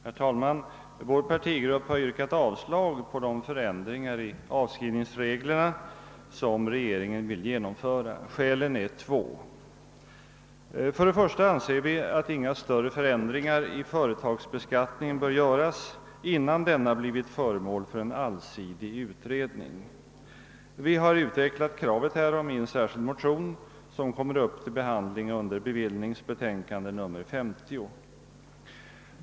Herr talman! Vår partigrupp har yrkat avslag på de förslag till ändringar i avskrivningsreglerna vid inkomstbeskattningen för rörelseoch hyresfastigheter som regeringen vill genomföra. Skälen härför är två. För det första anser vi att inga större förändringar i företagsbeskattningen bör göras innan denna har blivit föremål för en allsidig utredning. Detta krav har vi utvecklat i en särskild motion, som kommer att behandlas i samband med behandlingen av bevillningsutskottets betänkande nr 50.